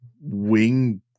wing